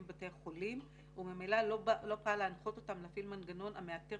ובתי חולים וממילא לא פעל להנחות אותם להפעיל מנגנון המאתר